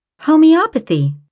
homeopathy